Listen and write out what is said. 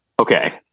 Okay